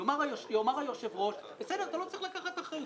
יאמר היושב-ראש: בסדר, אתה לא צריך לקחת אחריות.